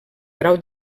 grau